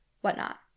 whatnot